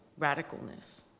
radicalness